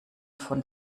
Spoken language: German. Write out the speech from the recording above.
von